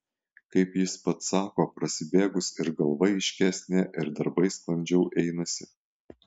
kaip jis pats sako prasibėgus ir galva aiškesnė ir darbai sklandžiau einasi